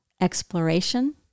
exploration